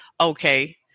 Okay